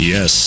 Yes